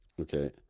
Okay